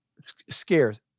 scares